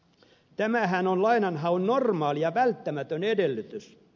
tämähän on lainanhaun normaali ja välttämätön edellytys